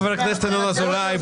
חבר הכנסת ינון אזולאי,